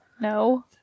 No